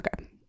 Okay